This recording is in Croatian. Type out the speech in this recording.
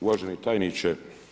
Uvaženi tajniče.